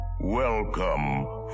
Welcome